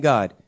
God